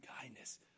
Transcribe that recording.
kindness